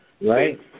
Right